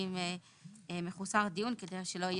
שפרופ' שרשבסקי אמר בדוח שלו בהקשר הזה